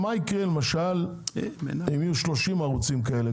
מה יקרה למשל אם יהיו 30 ערוצים כאלה,